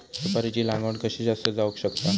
सुपारीची लागवड कशी जास्त जावक शकता?